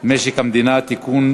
משק המדינה (תיקון,